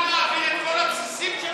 צה"ל מעביר את כל הבסיסים שלו לדרום,